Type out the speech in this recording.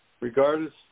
regardless